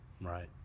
right